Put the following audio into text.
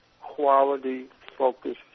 quality-focused